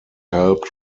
helped